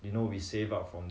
you know we save up from